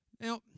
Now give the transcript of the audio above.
Now